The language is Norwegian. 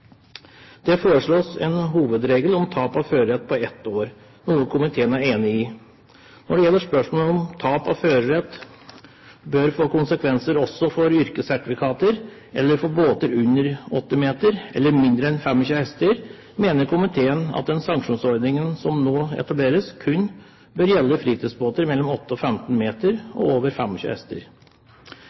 hovedregel om tap av førerett på ett år, noe komiteen er enig i. Når det gjelder spørsmålet om tap av førerett bør få konsekvenser også for yrkessertifikater eller for båter under 8 meter eller med mindre enn 25 hk, mener komiteen at den sanksjonsordningen som nå etableres, kun bør gjelde fritidsbåter mellom 8 og 15 meter og med over